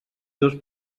dos